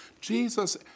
Jesus